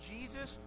Jesus